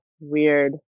weird